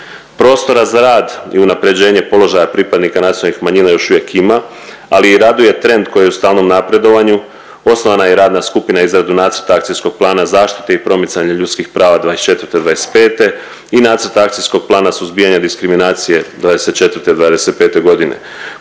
Prostora za rad i unapređenje položaja pripadnika nacionalnih manjina još uvijek ima, ali i raduje trend koji je u stalnom napredovanju, osnovana je i radna skupina za izradu Nacrta akcijskog plana zaštite i promicanja ljudskih prava '24.-'25. i Nacrta akcijskog plana suzbijanja diskriminacije '24.-'25.g.